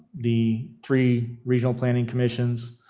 the three regional planning commissions,